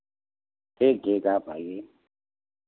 ठीक ठीक आप आईए